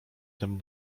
temu